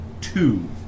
two